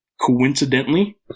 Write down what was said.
Coincidentally